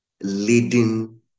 leading